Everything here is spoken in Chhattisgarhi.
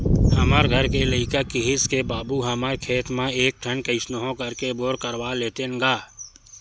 हमर घर के लइका किहिस के बाबू हमर खेत म एक ठन कइसनो करके बोर करवा लेतेन गा